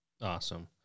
Awesome